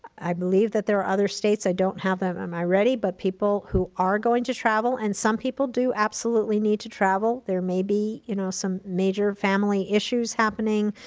i believe that there are other states. i don't have that at my ready, but people who are going to travel, and some people do absolutely need to travel. there may be you know some major family issues happening.